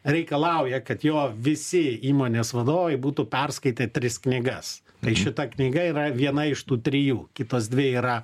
reikalauja kad jo visi įmonės vadovai būtų perskaitę tris knygas tai šita knyga yra viena iš tų trijų kitos dvi yra